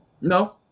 No